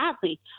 sadly